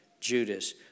Judas